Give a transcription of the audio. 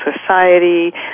society